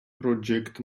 project